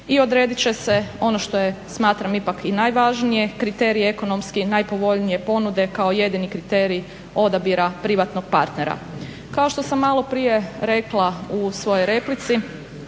i odredit će se ono, što je smatram ipak i najvažnije, kriterij ekonomski je najpovoljniji ponude kao jedini kriterij odabira privatnog partnera. Kao što sam maloprije rekla u svojoj replici